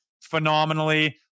phenomenally